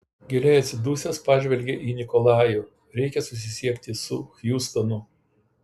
giliai atsidusęs pažvelgė į nikolajų reikia susisiekti su hjustonu